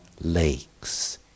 lakes